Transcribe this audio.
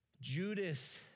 Judas